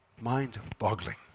Mind-boggling